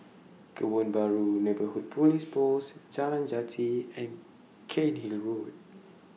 Kebun Baru Neighbourhood Police Post Jalan Jati and Cairnhill Road